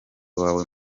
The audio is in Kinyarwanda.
wawe